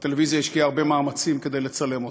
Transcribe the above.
הטלוויזיה השקיעה הרבה מאמצים כדי לצלם אותם.